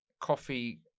coffee